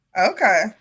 Okay